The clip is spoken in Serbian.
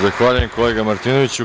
Zahvaljujem, kolega Martinoviću.